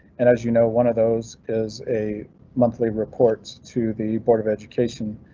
and as you know, one of those is a monthly reports to the board of education